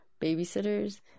babysitters